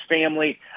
family